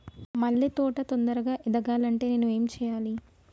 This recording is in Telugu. మల్లె తోట తొందరగా ఎదగాలి అంటే నేను ఏం చేయాలి?